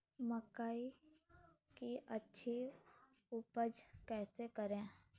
मकई की अच्छी उपज कैसे करे?